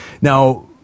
now